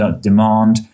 demand